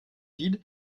vide